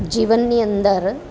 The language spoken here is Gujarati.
જીવનની અંદર